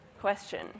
question